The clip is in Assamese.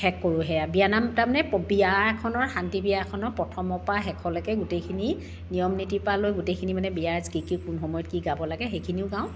শেষ কৰোঁ সেয়া বিয়ানাম তাৰমানে বিয়া এখনৰ শান্তি বিয়া এখনৰ প্ৰথমৰ পৰা শেষলৈকে গোটেইখিনি নিয়ম নীতিৰ পৰা লৈ গোটেইখিনি মানে বিয়াৰ কি কি সময়ত কি কি গাব লাগে সেইখিনিও গাওঁ